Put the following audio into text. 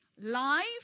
life